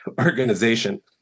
organization